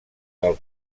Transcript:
del